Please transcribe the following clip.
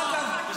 אגב,